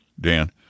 Dan